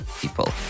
people